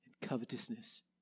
Covetousness